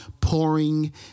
Pouring